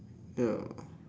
ya